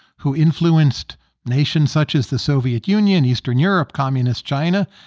who influenced nations such as the soviet union, eastern europe, communist china.